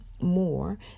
more